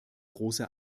große